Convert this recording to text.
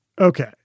Okay